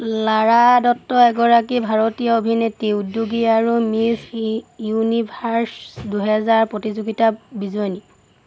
লাৰা দত্ত এগৰাকী ভাৰতীয় অভিনেত্ৰী উদ্যোগী আৰু মিছ ইউনিভাৰ্ছ দুহেজাৰ প্ৰতিযোগিতাৰ বিজয়ী